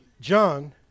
John